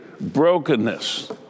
brokenness